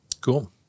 Cool